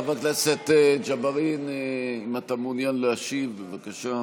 חבר הכנסת ג'בארין, אם אתה מעוניין להשיב, בבקשה.